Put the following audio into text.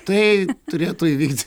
tai turėtų įvykti